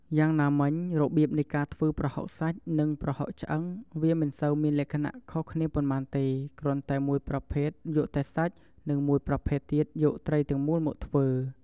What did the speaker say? យ៉ាងណាមិញ របៀបនៃការធ្វើប្រហុកសាច់ និងប្រហុកឆ្អឺង វាមិនសូវមានលក្ខណៈខុសគ្នាប៉ុន្មានទេ គ្រាន់តែមួយប្រភេទយកតែសាច់ និងមួយទៀតយកត្រីទាំងមូលមកធ្វើ។